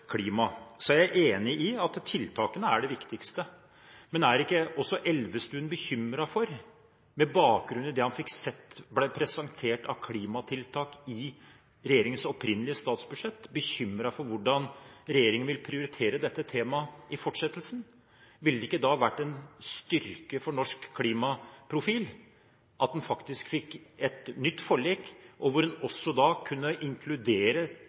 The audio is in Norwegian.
Jeg er enig i at tiltakene er det viktigste. Men er ikke også Elvestuen bekymret for, med bakgrunn i det han fikk se bli presentert av klimatiltak i regjeringens opprinnelige statsbudsjett, hvordan regjeringen vil prioritere dette temaet i fortsettelsen? Ville det ikke vært en styrke for norsk klimaprofil at en faktisk fikk et nytt forlik, hvor en også kunne inkludere